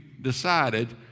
decided